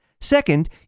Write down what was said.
Second